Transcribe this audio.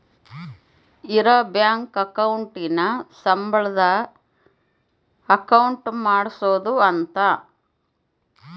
ಇರ bank account ನ ಸಂಬಳದ್ ಅಕೌಂಟ್ ಮಾಡ್ಸೋದ ಅಂತ